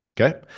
Okay